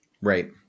Right